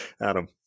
Adam